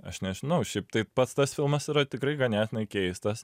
aš nežinau šiaip tai pats tas filmas yra tikrai ganėtinai keistas